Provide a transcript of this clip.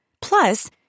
Plus